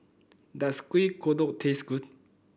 does Kuih Kodok taste good